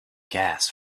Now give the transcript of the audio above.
gas